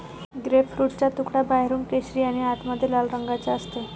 ग्रेपफ्रूटचा तुकडा बाहेरून केशरी आणि आतमध्ये लाल रंगाचा असते